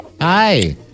Hi